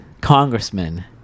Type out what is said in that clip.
congressman